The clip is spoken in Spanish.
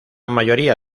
mayoría